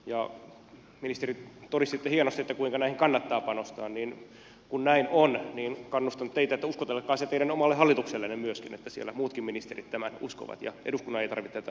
ministeri todistitte hienosti kuinka näihin kannattaa panostaa ja kun näin on niin kannustan teitä että uskotelkaa se teidän omalle hallituksellenne myöskin niin että siellä muutkin ministerit tämän uskovat ja eduskunnan ei tarvitse tätä asiaa aina olla pähkäilemässä